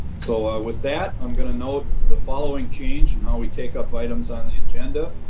so with that, i'm going to note the following change and how we take up items on the agenda.